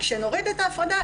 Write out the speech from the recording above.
כשנוריד את ההפרדה,